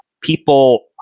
people